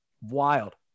Wild